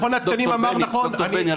מכון התקנים אמר נכון --- ד"ר בני,